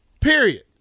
Period